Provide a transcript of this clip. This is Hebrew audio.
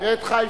תראה את חיפה.